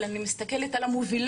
אבל אני מסתכלת על המובילות,